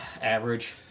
Average